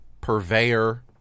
purveyor